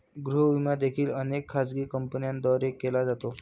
गृह विमा देखील अनेक खाजगी कंपन्यांद्वारे केला जातो